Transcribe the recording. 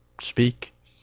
speak